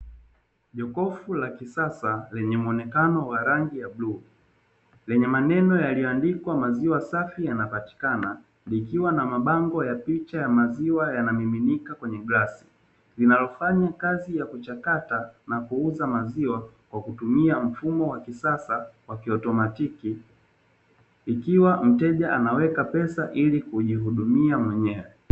Jokofu la kisasa lenye muonekano wa rangi ya bluu lenye maneno yaliyoandikwa maziwa safi yanapatikana, likiwa na mabango ya picha ya maziwa yanamiminika kwenye glasi. Inayofanya kazi ya kuchakata na kuuza maziwa kwa kutumia mfumo wa kisasa wa kiautomatiki ikiwa mteja anaweka pesa ili kujihudumia mwenyewe.